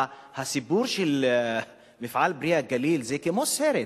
הסיפור של מפעל "פרי הגליל" זה כמו סרט,